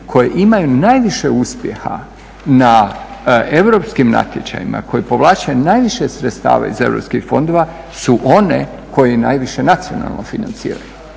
koje imaju najviše uspjeha na europskim natječajima, koji povlače najviše sredstava iz europskih fondova su one koje i najviše nacionalno financiraju.